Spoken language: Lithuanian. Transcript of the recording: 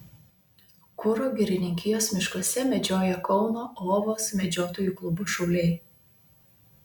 kuro girininkijos miškuose medžioja kauno ovos medžiotojų klubo šauliai